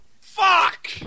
fuck